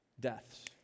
deaths